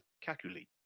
calculate